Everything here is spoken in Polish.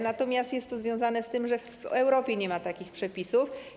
Natomiast jest to związane z tym, że w Europie nie ma takich przepisów.